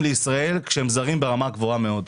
לישראל כשהם זרים ברמה גבוהה מאוד.